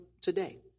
today